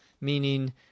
meaning